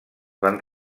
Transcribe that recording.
van